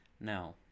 now